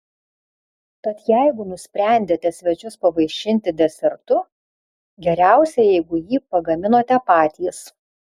tad jeigu nusprendėte svečius pavaišinti desertu geriausia jeigu jį pagaminote patys